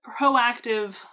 proactive